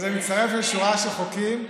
זה מצטרף לשורה של חוקים.